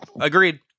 Agreed